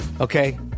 okay